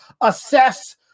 assess